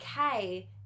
okay